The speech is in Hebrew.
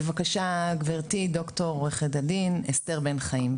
בבקשה גבירתי ד"ר עו"ד אסתר בן חיים.